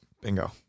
Bingo